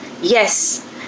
Yes